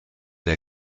der